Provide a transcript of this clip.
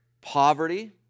poverty